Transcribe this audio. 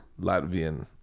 Latvian